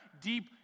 deep